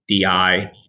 di